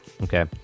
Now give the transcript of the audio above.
Okay